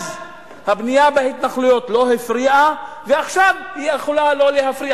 אז הבנייה בהתנחלויות לא הפריעה ועכשיו היא יכולה לא להפריע,